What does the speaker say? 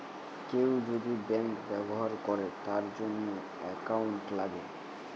কেউ যদি ব্যাঙ্ক ব্যবহার করে তার জন্য একাউন্ট লাগে